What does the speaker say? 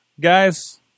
Guys